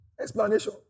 explanation